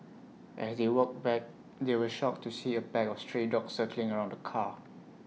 as they walked back they were shocked to see A pack of stray dogs circling around the car